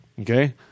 Okay